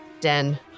den